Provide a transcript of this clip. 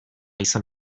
izan